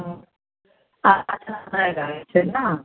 हूँ आ अच्छा से नहि रहैत छै नहि